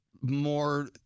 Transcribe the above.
more